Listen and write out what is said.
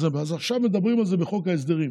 עכשיו מדברים על זה בחוק ההסדרים.